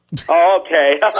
Okay